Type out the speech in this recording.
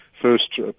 First